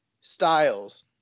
styles